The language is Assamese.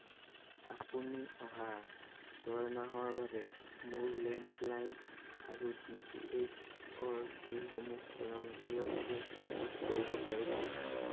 আপুনি অহা ছয় মাহৰ বাবে মোৰ লেণ্ডলাইন আৰু ডি টি এইচৰ বিলসমূহ স্বয়ংক্ৰিয়ভাৱে পৰিশোধ কৰিব পাৰিবনে